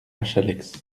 challex